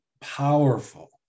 powerful